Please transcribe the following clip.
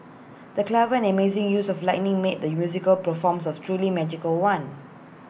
the clever and amazing use of lighting made the musical performance A truly magical one